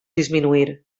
disminuir